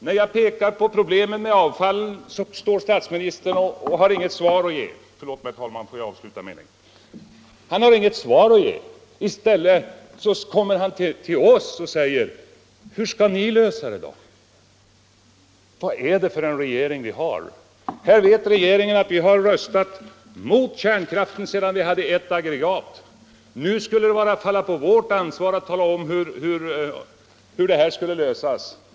När jag pekar på problemen med avfallet har statsministern inte något svar att ge. I stället säger han till oss: Hur skall ni lösa det då? Vad är det för en regering vi har! Regeringen vet att vi har röstat mot kärnkraften sedan det fanns bara ett aggregat. Skulle det falla på vårt ansvar att tala om hur detta problem skulle lösas?